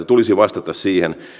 tulisi vastata siihen